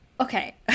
Okay